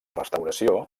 restauració